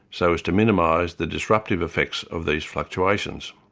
so as to minimise the disruptive effects of these fluctuations.